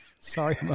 Sorry